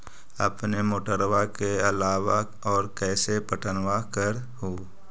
अपने मोटरबा के अलाबा और कैसे पट्टनमा कर हू?